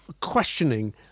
questioning